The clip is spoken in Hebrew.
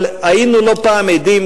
אבל היינו לא פעם עדים,